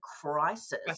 crisis